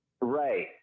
Right